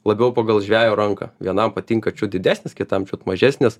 labiau pagal žvejo ranką vienam patinka čiut didesnės kitam čiut mažesnės